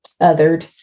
othered